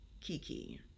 Kiki